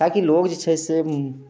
ताकि लोग जे छै से